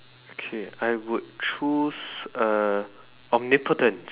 okay I would choose uh omnipotent